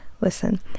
listen